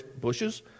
bushes